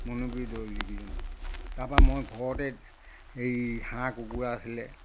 মণিপুৰী দৰ্জীকেইজন তাপা মই ঘৰতে এই হাঁহ কুকুৰা আছিলে